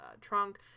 trunk